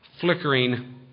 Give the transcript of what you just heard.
flickering